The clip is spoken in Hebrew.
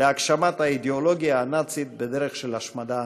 להגשמת האידאולוגיה הנאצית בדרך של השמדה המונית.